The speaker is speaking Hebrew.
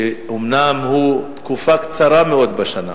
שאומנם פועל תקופה קצרה מאוד בשנה,